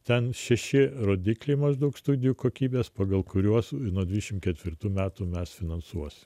ten šeši rodikliai maždaug studijų kokybės pagal kuriuos nuo dvidešimt ketvirtų metų mes finansuosim